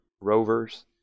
rovers